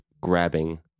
grabbing